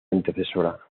antecesora